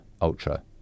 Ultra